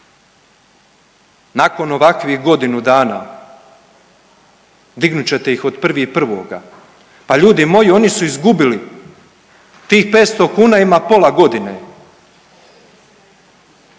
nakon ovakvih godinu dana dignut ćete ih od 1.1., pa ljudi moji oni su izgubili tih 500 kuna ima pola godine.